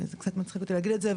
זה קצת מצחיק אותי להגיד את זה,